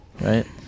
Right